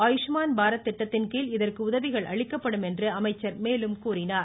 ஆயுஷ்மான் பாரத் திட்டத்தின்கீழ் இதற்கு உதவிகள் அளிக்கப்படும் என்றும் அமைச்சர் மேலும் கூறினார்